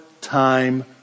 time